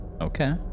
Okay